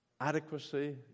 adequacy